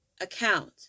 account